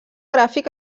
gràfic